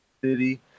city